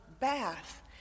bath